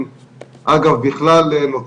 עושה בדיקה,